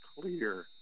clear